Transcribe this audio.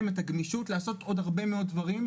להם את הגמישות לעשות עוד הרבה מאוד דברים,